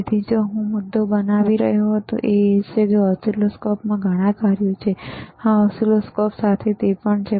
તેથી હું જે મુદ્દો બનાવી રહ્યો હતો તે એ છે કે હવે આ ઓસિલોસ્કોપમાં ઘણા કાર્યો છે આ ઓસિલોસ્કોપ સાથે તે પણ છે